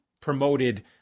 promoted